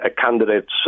candidates